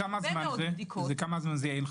לכמה זמן זה יעיל?